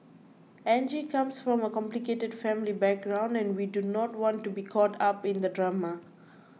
Angie comes from a complicated family background and we do not want to be caught up in the drama